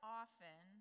often